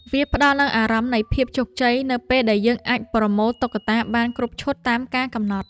វាផ្ដល់នូវអារម្មណ៍នៃភាពជោគជ័យ នៅពេលដែលយើងអាចប្រមូលតុក្កតាបានគ្រប់ឈុតតាមការកំណត់។